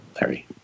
Larry